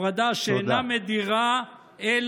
הפרדה שאינה מדירה, תודה.